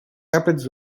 rapids